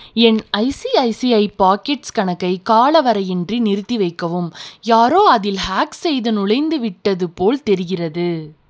என் ICICI pockets கணக்கை காலவரையின்றி நிறுத்திவைக்கவும் யாரோ அதில் ஹேக் செய்து நுழைந்துவிட்டது போல் தெரிகிறது